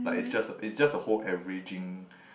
but it's just a just a whole averaging